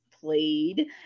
played